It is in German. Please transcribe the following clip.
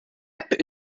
app